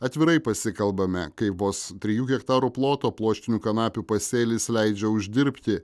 atvirai pasikalbame kaip vos trijų hektarų ploto pluoštinių kanapių pasėlis leidžia uždirbti